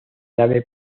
nave